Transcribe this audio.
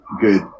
good